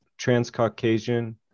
Transcaucasian